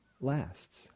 lasts